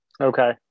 Okay